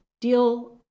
deal